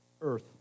earth